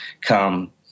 come